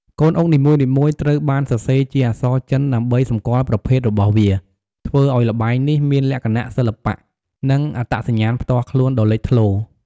កូនអុកនីមួយៗត្រូវបានសរសេរជាអក្សរចិនដើម្បីសម្គាល់ប្រភេទរបស់វា ធ្វើឱ្យល្បែងនេះមានលក្ខណៈសិល្បៈ និងអត្តសញ្ញាណផ្ទាល់ខ្លួនដ៏លេចធ្លោ។